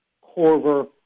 Corver